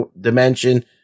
dimension